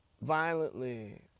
violently